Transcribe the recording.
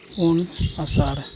ᱯᱩᱱ ᱟᱥᱟᱲ